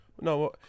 no